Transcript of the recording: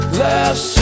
last